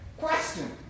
Question